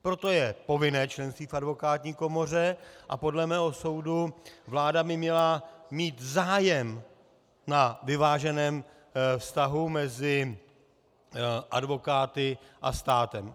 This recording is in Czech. Proto je povinné členství v advokátní komoře a podle mého soudu vláda by měla mít zájem na vyváženém vztahu mezi advokáty a státem.